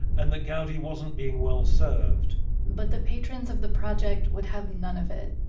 and that gaudi wasn't being well served but the patrons of the project would have none of it.